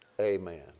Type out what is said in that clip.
Amen